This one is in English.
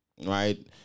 Right